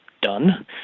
done